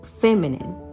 feminine